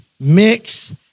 mix